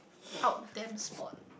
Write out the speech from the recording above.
out them spot